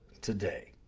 today